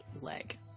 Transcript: leg